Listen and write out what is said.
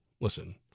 listen